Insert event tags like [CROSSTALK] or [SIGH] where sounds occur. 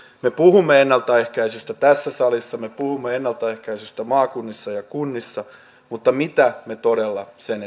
me puhumme ennaltaehkäisystä tässä salissa me puhumme ennaltaehkäisystä maakunnissa ja kunnissa mutta mitä me todella sen [UNINTELLIGIBLE]